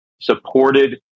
Supported